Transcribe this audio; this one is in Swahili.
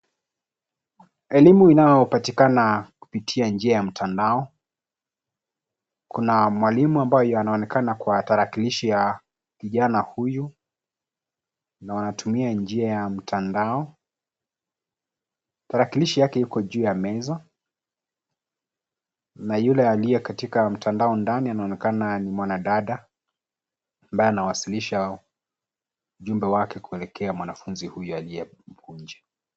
Elimu inayopatikana kupitia njia ya mtandao. Kuna mwalimu ambaye yu anaonekana kwa tarakilishi aya kijana huyu na wanatumia njia ya mtandao. Tarakilishi yake iko juu ya meza na yule aliye katika mtandao ndani anaonekana ni mwanadada, ambaye anawasilisha ujumbe wake kwelekea mwanafunzi huyu aliye huku nje.